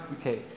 okay